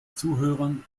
zuhörern